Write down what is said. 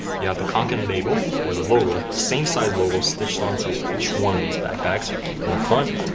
you have the kanken label, or the logo, same sized logo stitched onto each one of these backpacks in the front.